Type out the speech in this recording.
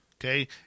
Okay